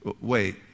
wait